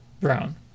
Brown